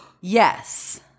Yes